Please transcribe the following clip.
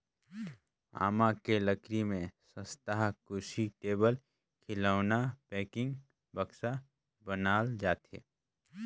आमा के लकरी में सस्तहा कुरसी, टेबुल, खिलउना, पेकिंग, बक्सा बनाल जाथे